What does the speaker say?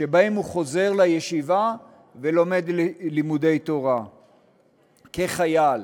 שבהם הוא חוזר לישיבה ולומד לימודי תורה כחייל.